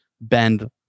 bend